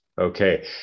Okay